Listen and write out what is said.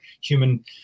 human